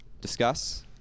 discuss